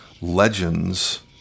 legends